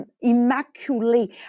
immaculate